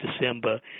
December